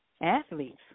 athletes